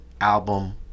album